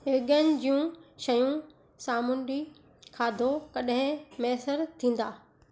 vegan जूं शयूं सामूंडी खाधो कॾहिं मुयसर थींदा